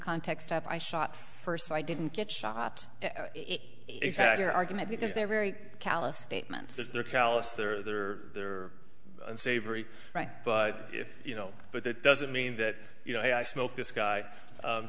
context of i shot first i didn't get shot exact argument because they're very callous statements that they're callous they're unsavory right but if you know but that doesn't mean that you know i smoke this guy